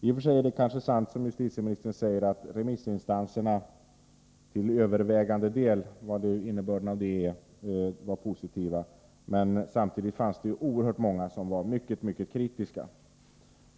I och för sig är det kanske sant som justitieministern säger, att remissinstanserna till övervägande del — vad nu innebörden av det är — var positiva. Men samtidigt fanns det ju oerhört många som var mycket, mycket kritiska.